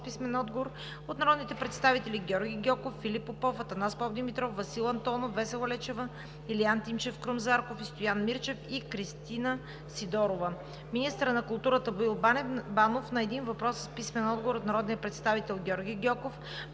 писмен отговор от народните представители Георги Гьоков, Филип Попов, Анастас Попдимитров, Васил Антонов, Весела Лечева, Илиян Тимчев, Крум Зарков и Стоян Мирчев; и Кристина Сидорова; - министърът на културата Боил Банов – на един въпрос с писмен отговор от народния представител Георги Гьоков;